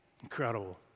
incredible